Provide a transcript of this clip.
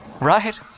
Right